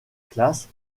classes